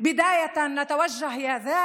שנאמרו בבוקר, וזה דיבור שלא מכבד מנהיגות,